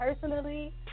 personally